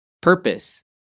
purpose